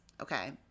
okay